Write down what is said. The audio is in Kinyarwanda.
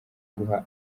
guha